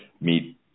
meet